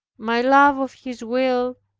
my love of his will,